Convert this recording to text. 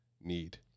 need